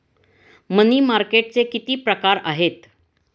मनी मार्केटचे किती प्रकार आहेत?